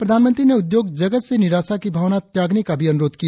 प्रधानमंत्री ने उद्योग जगत से निराशा की भावना त्यागने का भी अनुरोध किया